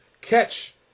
catch